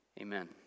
amen